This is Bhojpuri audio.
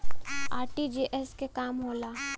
आर.टी.जी.एस के का काम होला?